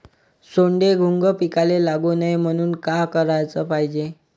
सोंडे, घुंग पिकाले लागू नये म्हनून का कराच पायजे?